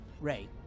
Ray